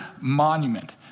monument